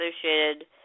associated